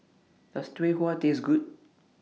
Does Tau Huay Taste Good